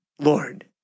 Lord